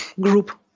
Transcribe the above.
group